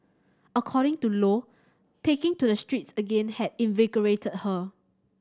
according to Lo taking to the streets again had invigorated her